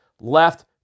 left